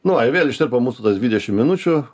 nu va i vėl ištirpo mūsų tos dvidešim minučių